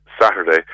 Saturday